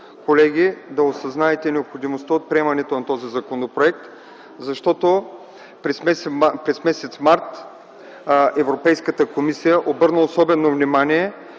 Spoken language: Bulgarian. наистина да осъзнаете необходимостта от приемането на този законопроект. През м. март Европейската комисия обърна особено внимание